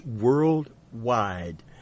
worldwide